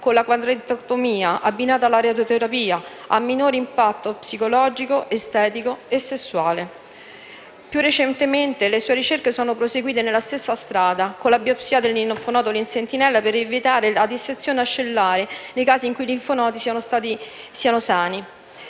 con la quadrantectomia abbinata alla radioterapia, a minor impatto psicologico, estetico e sessuale. Più recentemente le sue ricerche sono proseguite sulla stessa strada, con la biopsia del linfonodo sentinella, per evitare la dissezione ascellare nei casi in cui i linfonodi siano sani.